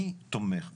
אני תומך בזה.